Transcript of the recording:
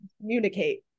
communicate